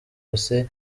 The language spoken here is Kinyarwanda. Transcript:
cose